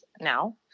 now